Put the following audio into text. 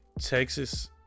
Texas